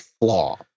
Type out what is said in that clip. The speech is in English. flaw